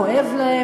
כואב להם,